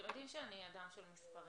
אתם יודעים שאני אדם של מספרים,